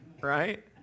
right